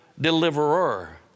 deliverer